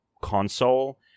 console